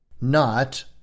Not